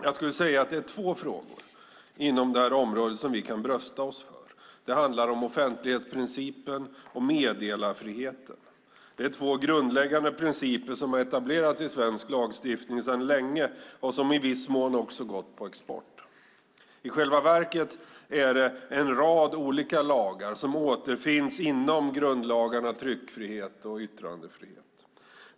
Jag skulle vilja säga att det är två frågor inom detta område som vi kan brösta oss med. Det handlar om offentlighetsprincipen och meddelarfriheten. Det är två grundläggande principer som har etablerats i svensk lagstiftning sedan länge och som i viss mån också har gått på export. I själva verket är det en rad olika lagar som återfinns inom grundlagarna tryckfrihet och yttrandefrihet.